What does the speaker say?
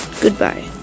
Goodbye